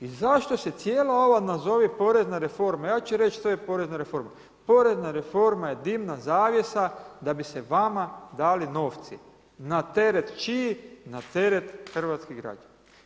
I zašto se cijela ova, nazovi porezna reforma, ja ću reći to je porezna reforma, porezna reforma je divna zavjesa, da bi se vama dali novci, na teret čiji, na teret hrvatskih građana.